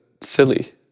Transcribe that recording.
silly